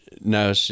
No